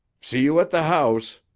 see you at the house,